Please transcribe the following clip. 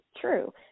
true